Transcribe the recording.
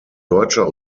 deutscher